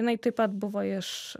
jinai taip pat buvo iš